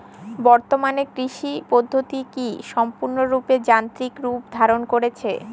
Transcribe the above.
বর্তমানে কৃষি পদ্ধতি কি সম্পূর্ণরূপে যান্ত্রিক রূপ ধারণ করেছে?